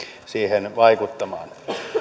siihen vaikuttamaan